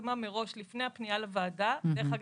הסכמה מראש לפני הפנייה לוועדה דרך אגב,